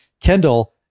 Kendall